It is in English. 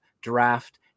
draft